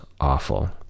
awful